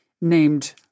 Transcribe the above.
named